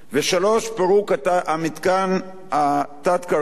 פירוק המתקן התת-קרקעי בקום.